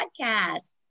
Podcast